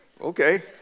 Okay